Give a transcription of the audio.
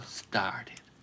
started